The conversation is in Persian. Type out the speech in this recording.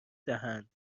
دهند